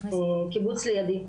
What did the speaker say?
קיבוץ לידי,